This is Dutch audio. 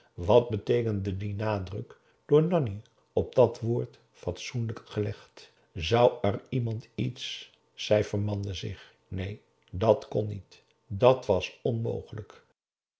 wat beteekende die nadruk door nanni op dat wordt fatsoenlijk gelegd zou er iemand iets zij vermande zich neen dàt kon niet dàt was onmogelijk